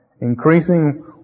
Increasing